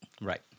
Right